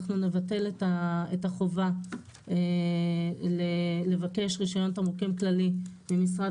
אנחנו נבטל את החובה לבקש רישיון תמרוקים כללי ממשרד